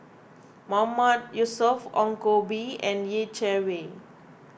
Mahmood Yusof Ong Koh Bee and Yeh Chi Wei